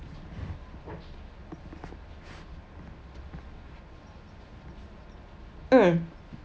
mm